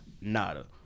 nada